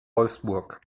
wolfsburg